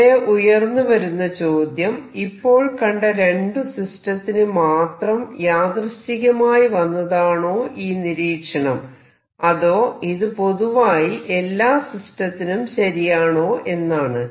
ഇവിടെ ഉയർന്നു വരുന്ന ചോദ്യം ഇപ്പോൾ കണ്ട രണ്ടു സിസ്റ്റത്തിന് മാത്രം യാദൃശ്ചികമായി വന്നതാണോ ഈ നിരീക്ഷണം അതോ ഇത് പൊതുവായി എല്ലാ സിസ്റ്റത്തിനും ശരിയാണോ എന്നാണ്